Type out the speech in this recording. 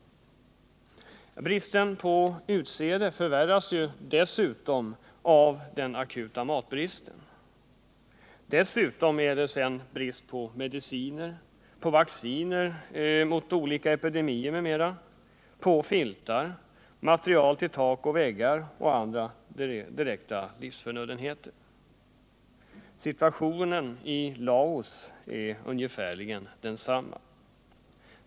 Bristen på utsäde förvärras dessutom av den akuta matbristen. Vidare är det brist på mediciner och vacciner mot olika epidemier m.m., på filtar, material till tak och väggar och andra direkta livsförnödenheter. Situationen i Laos är ungefär densamma.